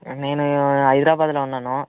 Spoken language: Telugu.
నేనూ హైదరాబాద్లో ఉన్నాను